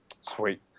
sweet